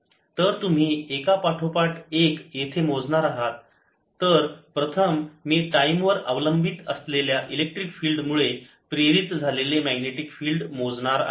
तर तुम्ही एका पाठोपाठ एक येथे मोजणार आहात तर प्रथम मी टाईम वर अवलंबित असलेल्या इलेक्ट्रिक फिल्ड मुळे प्रेरित झालेले मॅग्नेटिक फिल्ड मोजणार आहे